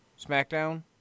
SmackDown